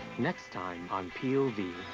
next time on p o v.